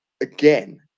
again